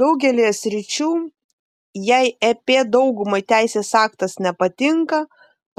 daugelyje sričių jei ep daugumai teisės aktas nepatinka